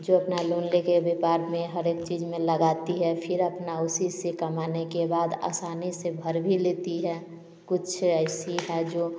जो अपना लोन ले के व्यपार में हरे एक चीज में लगाती है फिर अपना उसी से कमाने के बाद असानी से भर भी लेती है कुछ ऐसी हैं जो